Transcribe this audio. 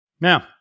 Now